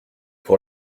pour